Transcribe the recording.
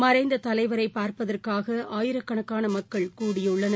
மறைந்ததலைவரைபாா்ப்பதற்காகமுஆயிரக்கணக்கானமக்கள் கூட்புள்ளார்கள்